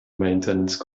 maintenance